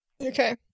Okay